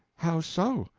how so?